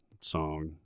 song